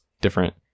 different